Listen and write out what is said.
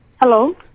Hello